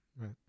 Right